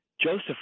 Joseph